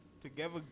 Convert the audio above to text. together